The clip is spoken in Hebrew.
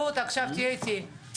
אתם ביקשתם,